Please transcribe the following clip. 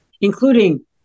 including